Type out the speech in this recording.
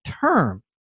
term